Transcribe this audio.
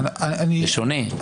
זה שונה.